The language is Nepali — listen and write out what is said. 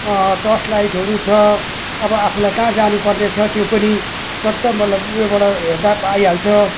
टर्चलाइटहरू छ अब आफूलाई कहाँ जानुपर्नेछ त्यो पनि चट्ट मतलब उयोबाट हेर्दा पाइहाल्छ